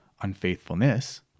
unfaithfulness